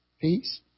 peace